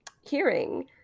hearing